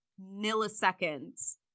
milliseconds